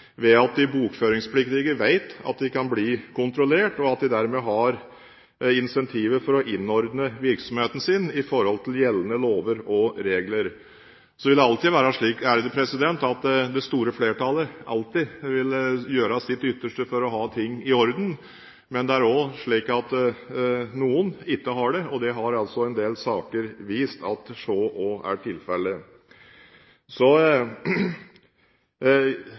ved at de bokføringspliktige vet at de kan bli kontrollert, og at de dermed har incentiver til å innordne virksomheten sin i henhold til gjeldende lover og regler. Så vil det alltid være slik at det store flertallet vil gjøre sitt ytterste for å ha ting i orden. Men det er også slik at noen ikke har det, og en del saker har vist at så er tilfellet. Så